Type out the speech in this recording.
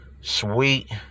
sweet